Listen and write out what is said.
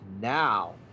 now